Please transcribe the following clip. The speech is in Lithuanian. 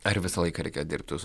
ar visą laiką reikia dirbti su